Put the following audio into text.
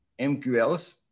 MQLs